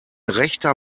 rechter